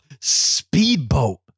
speedboat